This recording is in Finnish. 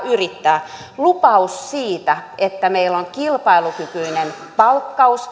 yrittää lupaus siitä että meillä on kilpailukykyinen palkkaus